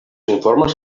informes